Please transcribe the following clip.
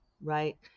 right